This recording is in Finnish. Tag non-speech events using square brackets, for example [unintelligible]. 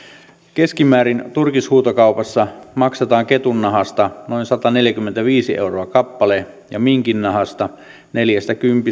keskimäärin turkishuutokaupassa maksetaan ketunnahasta noin sataneljäkymmentäviisi euroa kappale ja minkinnahasta neljäkymmentä [unintelligible]